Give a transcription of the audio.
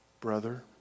brother